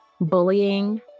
bullying